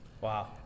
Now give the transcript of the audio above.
Wow